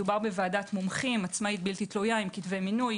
מדובר בוועדת מומחים עצמאית בלתי תלויה עם כתבי מינוי.